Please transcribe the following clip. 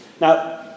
Now